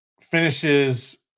finishes